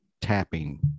tapping